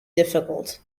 difficult